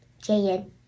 Jaden